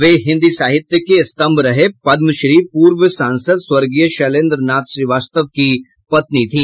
वे हिन्दी साहित्य के स्तंभ रहे पद्मश्री पूर्व सांसद स्वर्गीय शैलेन्द्र नाथ श्रीवास्तव की पत्नी थी